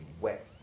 wet